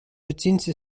оцінці